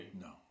No